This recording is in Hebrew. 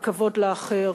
הכבוד לאחר,